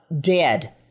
dead